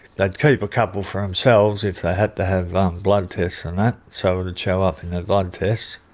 they'd keep a couple for themselves if they had to have blood tests and that so it would show up in the blood tests.